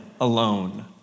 alone